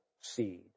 seed